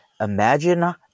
Imagine